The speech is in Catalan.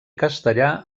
castellà